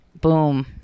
boom